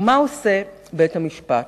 ומה עושה בית-המשפט?